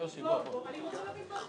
אנחנו מנסים להבין מה אתם רוצים.